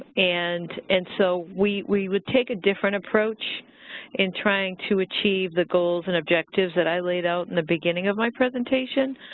and and so we we would take a different approach in trying to achieve the goals and objectives that i laid out in the beginning of my presentation.